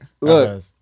look